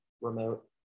remote